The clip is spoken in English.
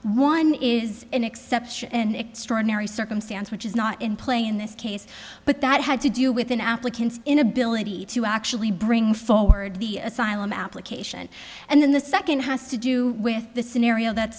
one is an exception an extraordinary circumstance which is not in play in this case but that had to do with an applicant's inability to actually bring forward the asylum application and then the second has to do with the scenario that